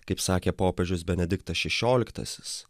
kaip sakė popiežius benediktas šešioliktasis